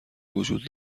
وجود